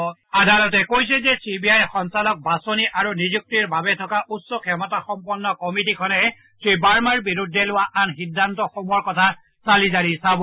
শীৰ্ষ আদালতখনে কয় যে চি বি আইৰ সঞ্চালক বাছনি আৰু নিযুক্তিৰ বাবে থকা উচ্চ ক্ষমতাসম্পন্ন কৰ্মিটীখনে শ্ৰীবাৰ্মাৰ বিৰুদ্ধে লোৱা আন সিদ্ধান্তসমূহৰ কথা চালিজাৰি চাব